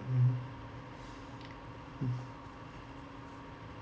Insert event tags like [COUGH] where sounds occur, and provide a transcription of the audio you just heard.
mmhmm [NOISE] mm